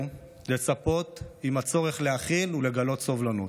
לצַפות עם הצורך להכיל ולגלות סובלנות,